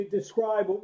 describe